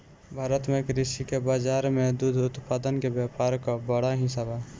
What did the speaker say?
भारत में कृषि के बाजार में दुग्ध उत्पादन के व्यापार क बड़ा हिस्सा बा